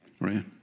Right